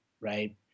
right